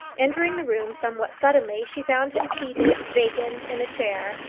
entering the room somewhat suddenly she found him seated, vacant, in a chair,